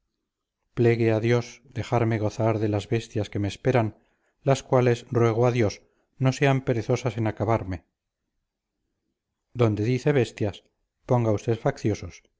plegue a dios dejarme gozar de las bestias que me esperan las cuales ruego a dios no sean perezosas en acabarme donde dice bestias ponga usted facciosos